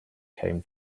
came